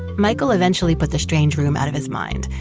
michael eventually put the strange room out of his mind.